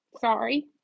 Sorry